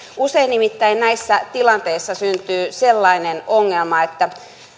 usein nimittäin näissä tilanteissa syntyy sellainen ongelma että